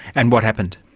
and what happened?